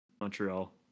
Montreal